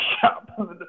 shop